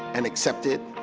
and accepted.